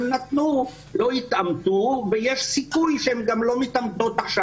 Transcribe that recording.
נתנו לא התאמתו ויש סיכוי שהם גם לא מתאמתות עכשיו.